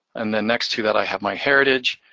and then next to that, i have myheritage,